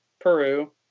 Peru